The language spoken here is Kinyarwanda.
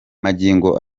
magingo